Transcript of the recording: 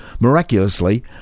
Miraculously